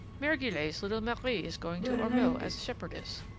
mere guillette's little marie is going to ormeaux as shepherdess.